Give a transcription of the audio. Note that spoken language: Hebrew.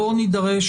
אני מזכיר,